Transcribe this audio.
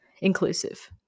inclusive